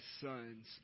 sons